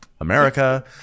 America